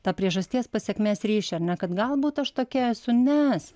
tą priežasties pasekmės ryšį ar ne kad galbūt aš tokia esu nes